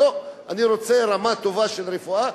אני רוצה רמה טובה של רפואה.